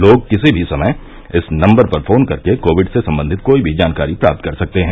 लोग किसी भी समय इस नंबर पर फोन करके कोविड से संबंधित कोई भी जानकारी प्राप्त कर सकते हैं